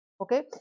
Okay